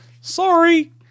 Sorry